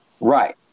Right